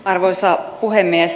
arvoisa puhemies